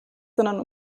sondern